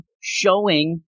showing